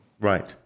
right